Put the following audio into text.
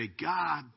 God